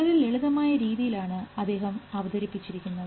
വളരെ ലളിതമായ രീതിയാണ് അദ്ദേഹം അവതരിപ്പിച്ചിരിക്കുന്നത്